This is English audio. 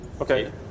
Okay